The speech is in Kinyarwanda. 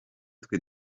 twe